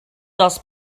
els